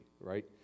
right